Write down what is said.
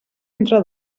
entre